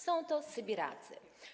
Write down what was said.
Są to Sybiracy.